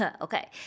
Okay